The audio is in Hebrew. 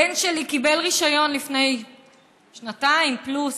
הבן שלי קיבל רישיון לפני שנתיים פלוס.